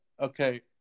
Okay